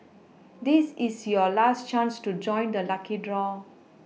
this is your last chance to join the lucky draw